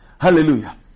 Hallelujah